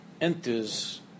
enters